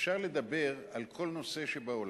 אפשר לדבר על כל נושא שבעולם.